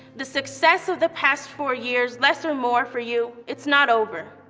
the success of the past four years, less or more for you, it's not over.